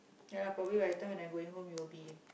ya lah probably by the time I'm going hone it'll be